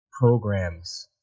programs